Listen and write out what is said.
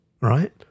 right